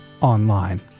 online